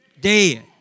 dead